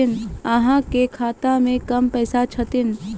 अहाँ के खाता मे कम पैसा छथिन?